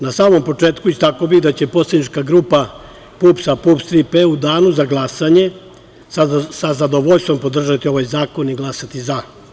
Na samom početku istakao bih da će poslanička grupa PUPS-au danu za glasanje sa zadovoljstvom podržati ovaj zakon i glasati za.